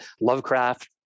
Lovecraft